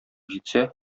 җитсә